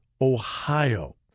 Ohio